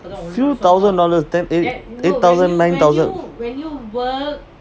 few thousand dollar தான்:thaan eight eight thousand nine thousand